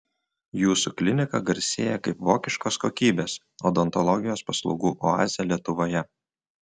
jūsų klinika garsėja kaip vokiškos kokybės odontologijos paslaugų oazė lietuvoje